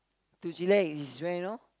to chillax is where you know